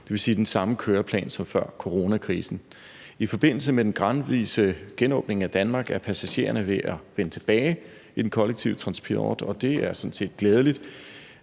den kører efter den samme køreplan som før coronakrisen. I forbindelse med den gradvise genåbning af Danmark er passagererne ved at vende tilbage til den kollektive transport, og det er sådan set glædeligt,